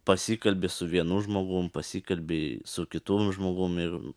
pasikalbi su vienu žmogum pasikalbi su kitum žmogum